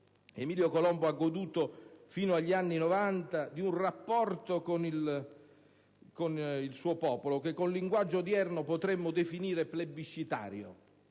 Emilio Colombo ha goduto fino agli anni Novanta di un rapporto con il suo popolo che con linguaggio odierno potremmo definire plebiscitario